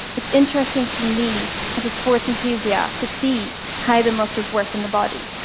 it's interesting for me as a sports enthusiast to see how the muscles work in the body.